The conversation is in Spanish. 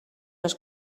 los